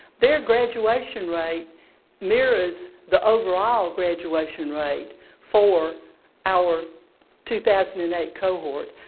their graduation rate mirrors the overall graduation rate for our two thousand and eight cohort.